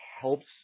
helps